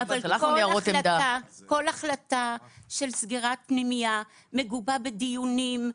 אבל כל החלטה של סגירת פנימייה מגובה בדיונים,